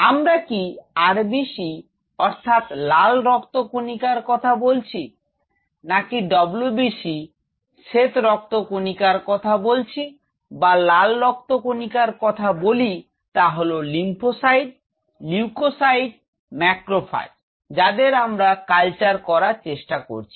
আমরা কি RBC অর্থাৎ লাল রক্ত কনিকার কথা বলছি নাকি WBC শ্বেত রক্ত কনিকার কথা বলছি বা লাল রক্ত কনিকার কথা বলি তা হল লিম্ফোসাইট লিউকোসাইট ম্যাক্রোফাজ যাদের আমরা কালচার করার চেষ্টা করছি